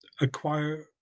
acquire